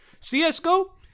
csgo